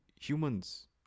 humans